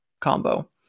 combo